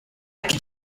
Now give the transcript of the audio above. could